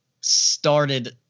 started